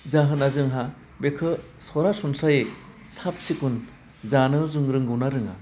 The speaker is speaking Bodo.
जाहोना जोंहा बेखो सरासनस्रायै साब सिखन जानो जों रोंग' ना रोंङा